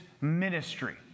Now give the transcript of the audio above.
ministry